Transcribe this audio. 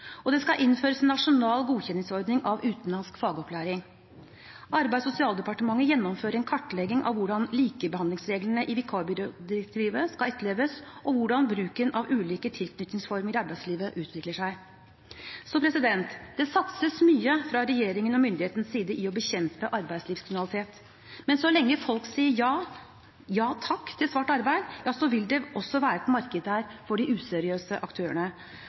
og det skal innføres nasjonal godkjenningsordning av utenlandsk fagopplæring. Arbeids- og sosialdepartementet gjennomfører en kartlegging av hvordan likebehandlingsreglene i vikarbyrådirektivet skal etterleves, og hvordan bruken av ulike tilknytningsformer i arbeidslivet utvikler seg. Så det satses mye fra regjeringen og myndighetenes side på å bekjempe arbeidslivskriminalitet, men så lenge folk sier ja takk til svart arbeid, vil det også være et marked der for de useriøse aktørene